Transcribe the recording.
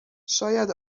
شاید